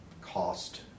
cost